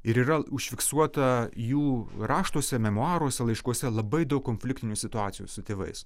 ir yra užfiksuota jų raštuose memuaruose laiškuose labai daug konfliktinių situacijų su tėvais